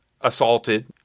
assaulted